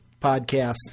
podcast